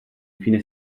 fine